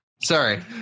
Sorry